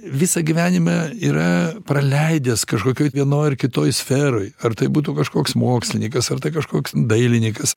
visą gyvenime yra praleidęs kažkokioj vienoj ar kitoj sferoj ar tai būtų kažkoks mokslinykas ar tai kažkoks dailinykas